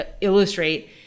illustrate